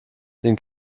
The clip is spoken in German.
den